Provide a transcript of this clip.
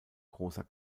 großer